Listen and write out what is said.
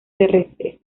terrestres